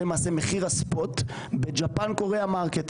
זה למעשה מחיר הספוט ב-japan korea market,